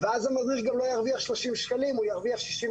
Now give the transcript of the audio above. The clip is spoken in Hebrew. ואז המדריך גם לא ירוויח 30 שקלים, הוא ירוויח 65,